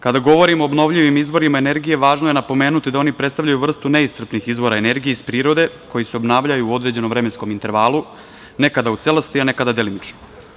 Kada govorimo o obnovljivim izvorima energije važno je napomenuti da oni predstavljaju vrstu neiscrpnih izvora energije iz prirode koji se obnavljaju u određenom vremenskom intervalu, nekada u celosti, a nekada delimično.